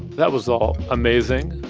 that was all amazing.